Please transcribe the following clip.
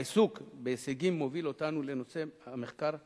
העיסוק בהישגים מוביל אותנו לנושא המחקר הבא,